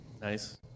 Nice